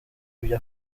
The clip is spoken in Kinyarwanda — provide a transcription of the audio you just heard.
ibyo